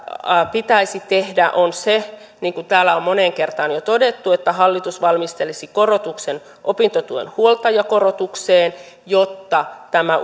pitäisi tehdä on se niin kuin täällä on moneen kertaan jo todettu että hallitus valmistelisi korotuksen opintotuen huoltajakorotukseen jotta tämä